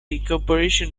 incorporation